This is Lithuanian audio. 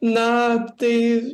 na tai